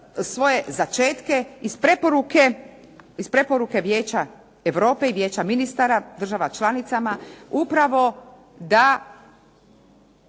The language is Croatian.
svoje začetke iz preporuke Vijeća Europe i Vijeća ministara država članicama upravo da